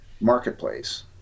marketplace